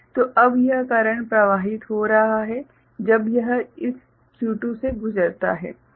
तो अब यह करंट प्रवाहित हो रहा है जब यह इस Q2 से गुजरता है